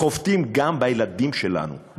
חובטים גם בילדים שלנו,